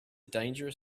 dangerous